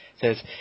says